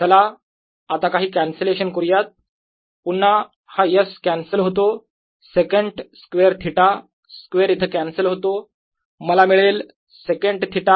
चला आता काही कॅन्सलेशन करूयात पुन्हा हा S कॅन्सल होतो सेकन्ट स्क्वेअर थिटा स्क्वेअर येथे कॅन्सल होतो मला मिळेल सेकन्ट थिटा